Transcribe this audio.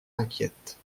inquiète